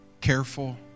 careful